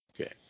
Okay